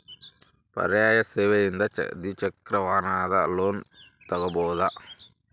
ಪರ್ಯಾಯ ಸೇವೆಯಿಂದ ದ್ವಿಚಕ್ರ ವಾಹನದ ಲೋನ್ ತಗೋಬಹುದಾ?